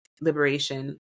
liberation